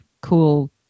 cool